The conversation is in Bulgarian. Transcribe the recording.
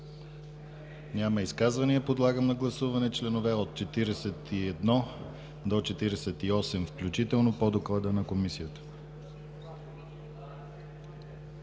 Няма. Подлагам на гласуване членове от 41 до 48 включително по доклада на Комисията.